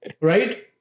Right